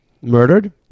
murdered